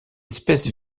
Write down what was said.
espèce